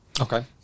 Okay